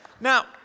now